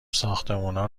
ساختمونا